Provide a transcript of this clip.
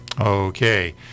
okay